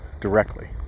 directly